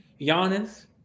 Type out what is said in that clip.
Giannis